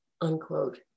unquote